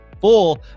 full